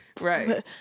Right